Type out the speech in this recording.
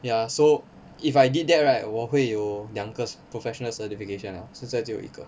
ya so if I did that right 我会有两个 professional certification 了现在只有一个